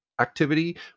activity